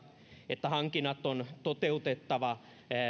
että hankinnat on toteutettava